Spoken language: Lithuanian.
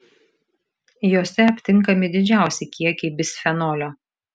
jose aptinkami didžiausi kiekiai bisfenolio